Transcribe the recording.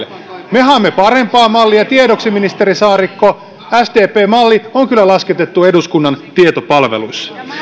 me haemme parempaa mallia tiedoksi ministeri saarikko sdpn malli on kyllä lasketettu eduskunnan tietopalvelussa